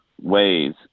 ways